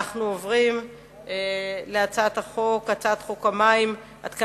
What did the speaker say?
אנחנו עוברים להצעת חוק המים (תיקון מס' 26)